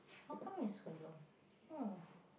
how come is so long